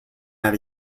that